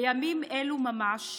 בימים אלו ממש,